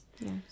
Yes